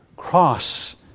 Cross